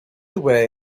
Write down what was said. away